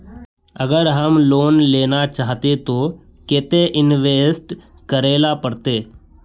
अगर हम लोन लेना चाहते तो केते इंवेस्ट करेला पड़ते?